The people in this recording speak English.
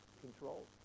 control